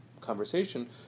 conversation